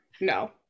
no